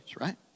right